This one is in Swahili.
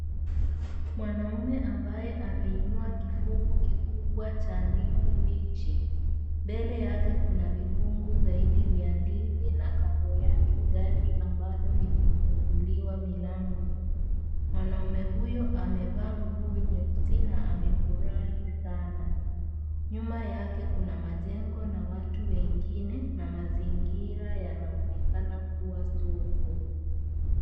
Mwanaume ambaye ameinua kifungu kikubwa cha ndizi mbichi. Mbele yake kuna vifungu zaidi vya ndizi na kando yake gari ambalo limefunguliwa milango. Mwanaume huyo amevaa nguo nyeusi na amefurahi Sana. Nyuma yake kuna majengo na watu wengine na mazingira yanaonekana kuwa soko.